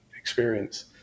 experience